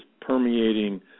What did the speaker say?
permeating